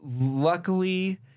Luckily